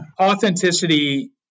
authenticity